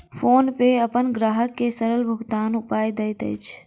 PhonePe अपन ग्राहक के सरल भुगतानक उपाय दैत अछि